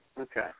Okay